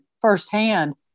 firsthand